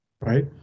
right